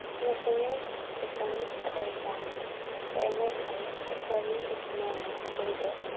and the singers the sons of asaph were in their place, according to the commandment of david,